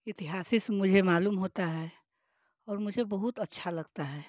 इतिहास से मुझे मालूम होता है और मुझे बहुत अच्छा लगता है